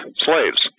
slaves